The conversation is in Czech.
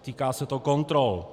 Týká se to kontrol.